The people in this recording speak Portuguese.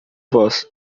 voz